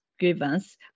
Grievance